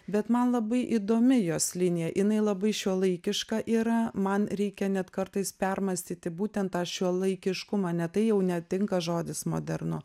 bet man labai įdomi jos linija jinai labai šiuolaikiška yra man reikia net kartais permąstyti būtent tą šiuolaikiškumą ne tai jau netinka žodis modernu